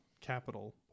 capital